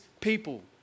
people